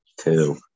two